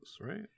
right